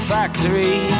factory